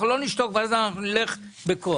אנחנו לא נשתוק ואז אנחנו נלך בכוח.